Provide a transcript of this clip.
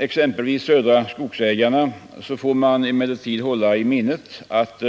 exempelvis Södra Skogsägarna, får man emellertid hälla i minnet att